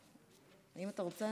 אם אתה רוצה,